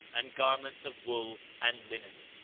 and garments of wool and linen.